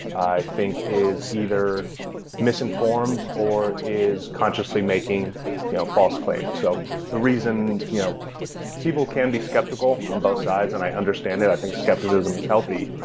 i think is either misinformed, or is consciously making you know false claims. so the reason you know people can be skeptical on both sides, and i understand it. i think skepticism is healthy,